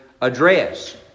Address